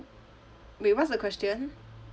wait what's the question